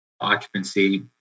occupancy